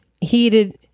heated